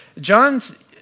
John's